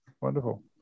Wonderful